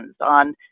on